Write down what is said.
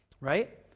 right